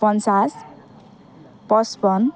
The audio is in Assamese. পঞ্চাছ পঁচপন্ন